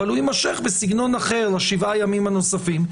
אבל הוא יימשך בסגנון אחר לשבעה ימים הנוספים,